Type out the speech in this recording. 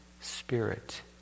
spirit